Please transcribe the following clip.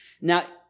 Now